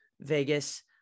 Vegas